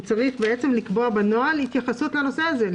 הוא צריך בעצם לקבוע בנוהל התייחסות לנושא הזה,